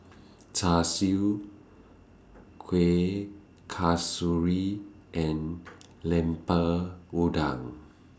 Char Siu Kueh Kasturi and Lemper Udang